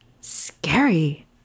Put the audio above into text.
Scary